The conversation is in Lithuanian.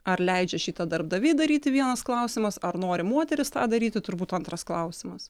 ar leidžia šitą darbdaviai daryti vienas klausimas ar nori moterys tą daryti turbūt antras klausimas